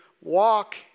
walk